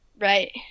Right